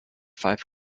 five